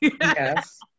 Yes